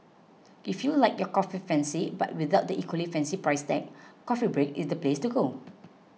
if you like your coffee fancy but without the equally fancy price tag Coffee Break is the place to go